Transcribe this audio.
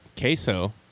queso